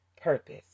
Purpose